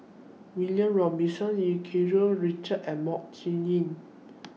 William Robinson EU Keng Mun Richard and Mok Ying Jang